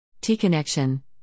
T-connection